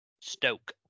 Stoke